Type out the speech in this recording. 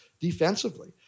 defensively